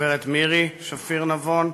הגברת מירי שפיר נבון,